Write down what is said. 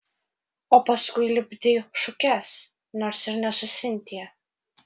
o paskui lipdei šukes nors ir ne su sintija